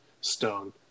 Stone